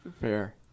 Fair